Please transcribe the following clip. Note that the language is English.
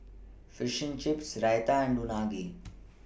Fishing Chips Raita and Unagi